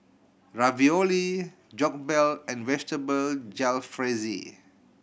Ravioli Jokbal and Vegetable Jalfrezi